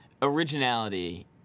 originality